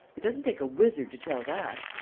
it doesn't take a wizard to tell that.